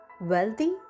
wealthy